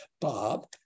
Bob